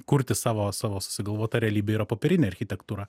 kurti savo savo susigalvotą realybė yra popierinė architektūra